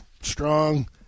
strong